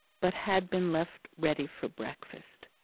but had been left ready for breakfast.